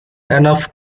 enough